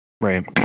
right